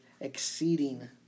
exceeding